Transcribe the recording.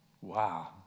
wow